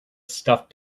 stuffed